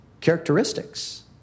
characteristics